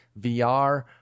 VR